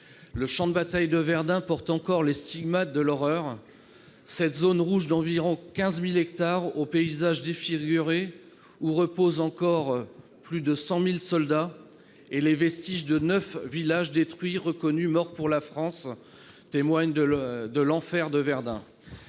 Le champ de bataille de Verdun porte encore les stigmates de l'horreur. Cette zone rouge d'environ 15 000 hectares au paysage défiguré, où reposent encore près de 100 000 soldats, et les vestiges de neuf villages détruits reconnus « morts pour la France », témoigne de l'enfer de Verdun.